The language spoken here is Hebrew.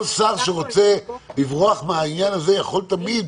כל שר שרוצה לברוח מהעניין הזה יכול תמיד